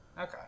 Okay